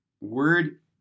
word